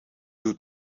due